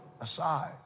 aside